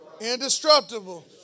indestructible